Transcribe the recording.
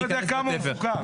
אתה לא יודע כמה הוא מפוקח.